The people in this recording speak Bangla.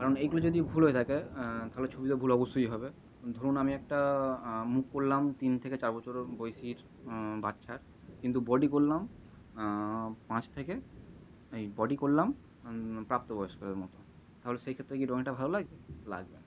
কারণ এইগুলো যদি ভুল হয়ে থাকে থাহলে ছবিতে ভুল অবশ্যই হবে ধরুন আমি একটা মুখ করলাম তিন থেকে চার বছরের বয়সির বাচ্চার কিন্তু বডি করলাম পাঁচ থেকে এই বডি করলাম প্রাপ্তবয়স্কদের মতো থাহলে সেই ক্ষেত্রে গিয়ে ড্রয়িঙটা ভালো লাগবে লাগবে না